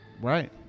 Right